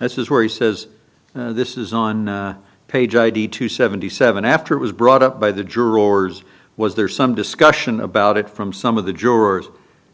this is where he says this is on page eighty two seventy seven after it was brought up by the jurors was there some discussion about it from some of the jurors